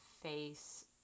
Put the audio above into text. face